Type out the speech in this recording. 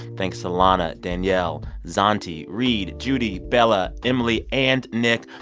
thanks to lana, danielle, zanti, reed, judy, bella, emily and nick.